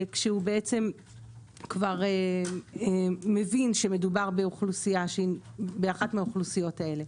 כשהוא כבר מבין שמדובר באחת מהאוכלוסיות האלה.